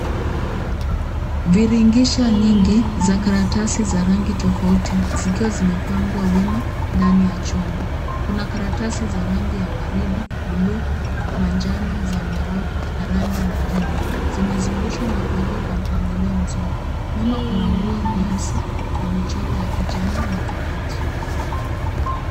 Viringisha nyingi za karatasi za rangi tofauti zikiwa zimepangwa wima ndani ya chombo. Kuna karatasi za rangi ya waridi, buluu, manjano, zambarau na rangi nyingine. Zimezungushwa na kuwekwa kwenye mpangilio mzuri. Nyuma kuna nguo nyeusi na michoro ya kijani na kabati.